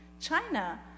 China